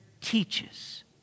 teaches